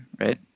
right